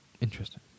interesting